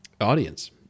audience